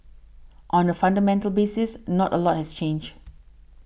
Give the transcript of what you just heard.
on a fundamental basis not a lot has changed